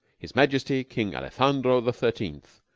his majesty, king alejandro the thirteenth,